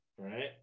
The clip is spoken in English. Right